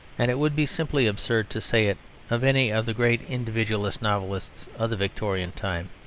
and it would be simply absurd to say it of any of the great individualist novelists of the victorian time.